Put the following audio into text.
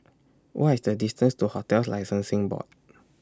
What IS The distance to hotels Licensing Board